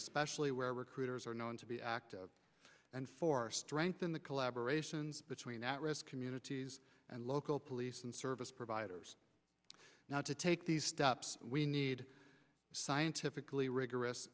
especially where recruiters are known to be active and for strength in the collaborate between at risk communities and local police and service providers now to take these steps we need scientifically rigorous